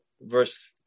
verse